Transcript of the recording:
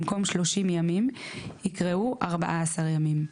במקום "30 ימים" יקראו "14 ימים"